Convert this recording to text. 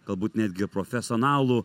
galbūt netgi ir profesionalų